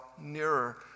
nearer